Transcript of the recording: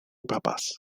papas